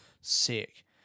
sick